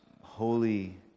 holy